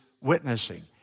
witnessing